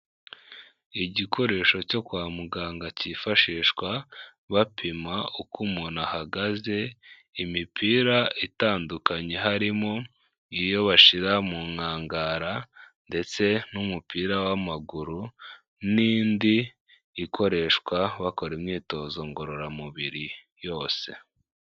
Igikoresho cyo kwa muganga cyifashishwa bapima uko umuntu ahagaze, imipira itandukanye harimo iyo bashyira mu nkangara ndetse n'umupira w'amaguru n'indi ikoreshwa bakora imyitozo ngororamubiri yose.